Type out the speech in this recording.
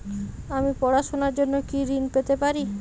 আমি পড়াশুনার জন্য কি ঋন পেতে পারি?